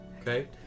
Okay